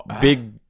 big